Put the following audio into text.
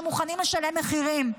שמוכנים לשלם מחירים.